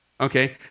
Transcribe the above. okay